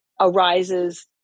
arises